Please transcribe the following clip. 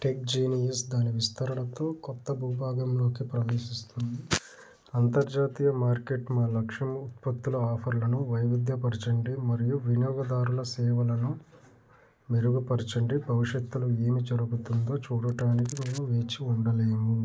tech genius దాని విస్తరణతో కొత్త భూభాగంలోకి ప్రవేశిస్తోంది అంతర్జాతీయ మార్కెట్ మా లక్ష్యము ఉత్పత్తుల ఆఫర్లను వైవిధ్యపరచండి మరియు వినియోగదారుల సేవలను మెరుగుపరచండి భవిష్యత్తులో ఏమి జరుగుతుందో చూడడానికి మేము వేచి ఉండలేము